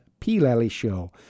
PLallyShow